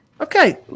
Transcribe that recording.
Okay